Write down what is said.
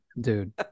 dude